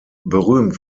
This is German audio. berühmt